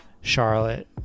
Charlotte